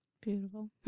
beautiful